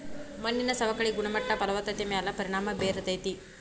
ಮಣ್ಣಿನ ಸವಕಳಿ ಗುಣಮಟ್ಟ ಫಲವತ್ತತೆ ಮ್ಯಾಲ ಪರಿಣಾಮಾ ಬೇರತತಿ